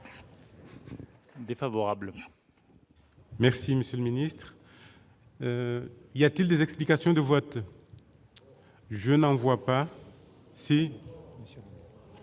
Défavorable. Merci, Monsieur le Ministre, il y a-t-il des explications de vote, je n'en vois pas. Elle